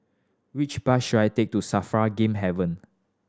which bus should I take to SAFRA Game Haven